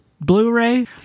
Blu-ray